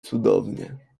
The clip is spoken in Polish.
cudownie